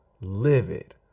livid